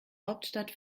hauptstadt